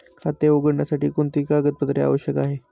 खाते उघडण्यासाठी कोणती कागदपत्रे आवश्यक आहे?